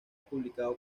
publicado